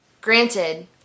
granted